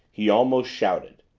he almost shouted.